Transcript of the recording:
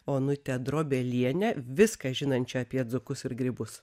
onutę drobelienę viską žinančią apie dzūkus ir grybus